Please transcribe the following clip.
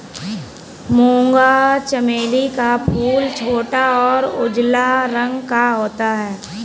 मूंगा चमेली का फूल छोटा और उजला रंग का होता है